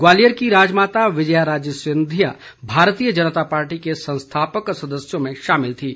ग्वालियर की राजमाता विजया राजे सिंधिया भारतीय जनता पार्टी के संस्थापक सदस्यों में शामिल थीं